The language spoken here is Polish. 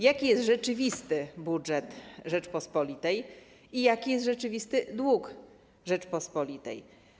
Jaki jest rzeczywisty budżet Rzeczypospolitej i jaki jest rzeczywisty dług Rzeczypospolitej?